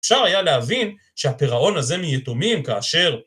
אפשר היה להבין שהפרעון הזה מיתומים כאשר...